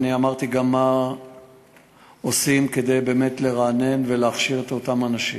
אני אמרתי גם מה עושים כדי באמת לרענן ולהכשיר את אותם אנשים.